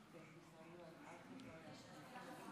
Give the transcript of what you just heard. אני קובע כי הצעת החוק לא התקבלה.